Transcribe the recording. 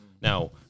Now